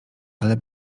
ale